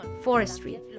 forestry